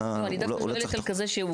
הוא לא צריך --- אני דווקא שואלת על כזה שהוא